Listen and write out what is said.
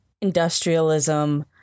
industrialism